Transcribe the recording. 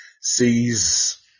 sees